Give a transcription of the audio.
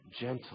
gentle